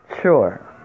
sure